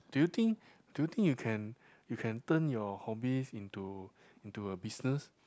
do you think do you think you can you can turn your hobbies into into a business